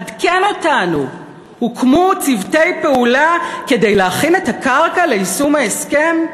עדכן אותנו: הוקמו צוותי פעולה כדי להכין את הרקע ליישום ההסכם?